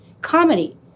comedy